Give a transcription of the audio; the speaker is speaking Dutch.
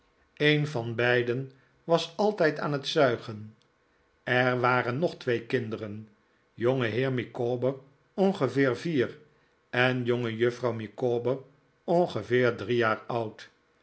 een van de familie micawber beiden was altijd aan het zuigen er waren nog twee kinderen jongeheer micawber ongeveer vier en jongejuffrouw micawber ongeveer drie jaar oud